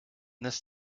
this